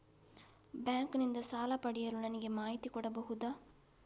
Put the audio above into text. Bank ನಿಂದ ಸಾಲ ಪಡೆಯಲು ನನಗೆ ಮಾಹಿತಿ ಕೊಡಬಹುದ?